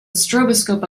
stroboscope